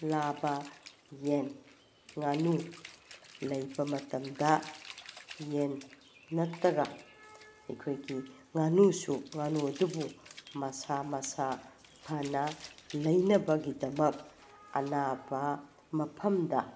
ꯂꯥꯕ ꯌꯦꯟ ꯉꯥꯅꯨ ꯂꯩꯕ ꯃꯇꯝꯗ ꯌꯦꯟ ꯅꯠꯇ꯭ꯔꯒ ꯑꯩꯈꯣꯏꯒꯤ ꯉꯥꯅꯨꯁꯨ ꯉꯥꯅꯨ ꯑꯗꯨꯕꯨ ꯃꯁꯥ ꯃꯁꯥ ꯐꯅ ꯂꯩꯅꯕꯒꯤꯗꯃꯛ ꯑꯅꯥꯕ ꯃꯐꯝꯗ